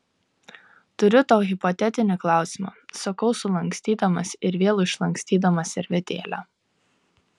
turiu tau hipotetinį klausimą sakau sulankstydamas ir vėl išlankstydamas servetėlę